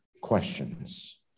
questions